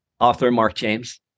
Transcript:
authormarkjames